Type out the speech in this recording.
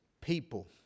people